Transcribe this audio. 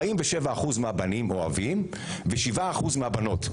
47% מהבנים אוהבים, ו-7% מהבנות.